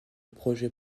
projet